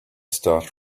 start